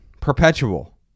Perpetual